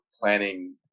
planning